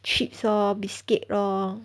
chips lor biscuit lor